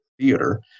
theater